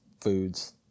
foods